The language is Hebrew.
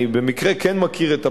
אני במקרה כן מכיר את הפרטים,